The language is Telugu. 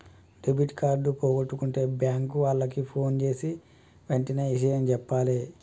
డెబిట్ కార్డు పోగొట్టుకుంటే బ్యేంకు వాళ్లకి ఫోన్జేసి వెంటనే ఇషయం జెప్పాలే